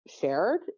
shared